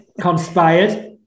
conspired